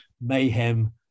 mayhem